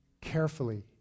carefully